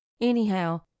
Anyhow